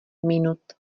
minut